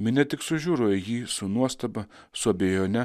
minia tik sužiuro į jį su nuostaba su abejone